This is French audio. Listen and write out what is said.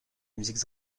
musique